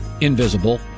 invisible